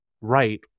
right